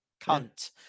cunt